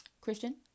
Christian